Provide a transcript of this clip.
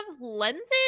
lenses